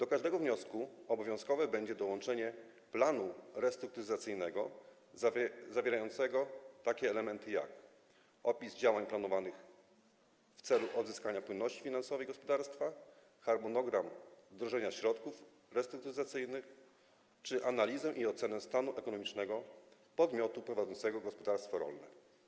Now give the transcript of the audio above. Obowiązkowe będzie dołączenie do każdego wniosku planu restrukturyzacyjnego zawierającego takie elementy jak: opis działań planowanych w celu odzyskania płynności finansowej gospodarstwa, harmonogram wdrożenia środków restrukturyzacyjnych czy analizę i ocenę stanu ekonomicznego podmiotu prowadzącego gospodarstwo rolne.